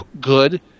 good